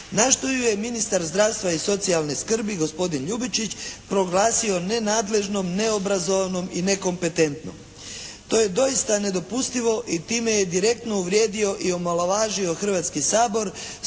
na što ju je ministar zdravstva i socijalne skrbi gospodin Ljubičić proglasio nenadležnom, neobrazovanom i nekompetentnom. To je doista nedopustivo i time je direktno uvrijedio i omalovažio Hrvatski sabor